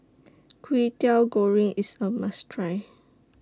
Kwetiau Goreng IS A must Try